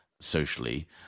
socially